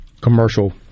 commercial